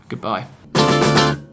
Goodbye